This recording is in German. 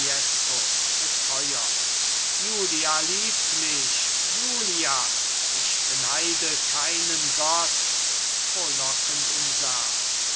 mit feuer julia liebt mich julia ich beneide keinen gott frohlockend im saal